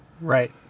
Right